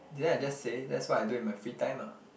didn't I just say that's what I do in my free time ah